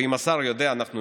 אם השר יודע, אנחנו